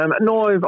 No